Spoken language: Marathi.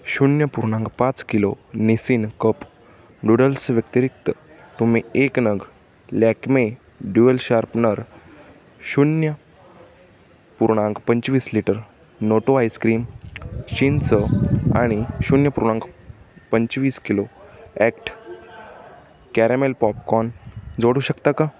शून्य पूर्णांक पाच किलो निसिन कप नूडल्स व्यतिरिक्त तुम्ही एक नग लॅकमे ड्युअल शार्पनर शून्य पूर्णांक पंचवीस लिटर नोटो आईस्क्रीम चिंच आणि शून्य पूर्णांक पंचवीस किलो ॲक्ट कॅरमेल पॉपकॉन जोडू शकता का